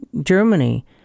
Germany